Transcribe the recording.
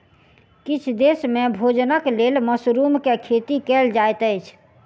किछ देस में भोजनक लेल मशरुम के खेती कयल जाइत अछि